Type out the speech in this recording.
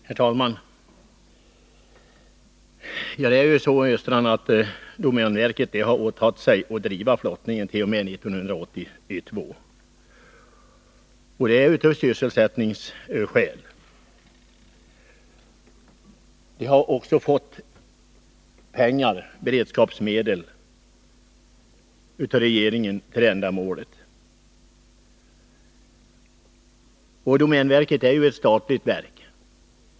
Herr talman! Domänverket har av sysselsättningsskäl åtagit sig att driva flottningen i Piteälven t.o.m. 1982, Olle Östrand. Verket har också av regeringen fått pengar — beredskapsmedel — för ändamålet. Domänverket är ett statligt verk.